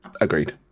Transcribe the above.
Agreed